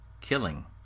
killing